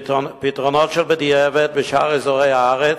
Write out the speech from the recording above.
פתרונות של בדיעבד בשאר אזורי הארץ,